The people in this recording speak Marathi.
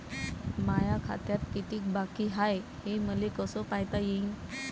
माया खात्यात कितीक बाकी हाय, हे मले कस पायता येईन?